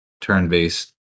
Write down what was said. turn-based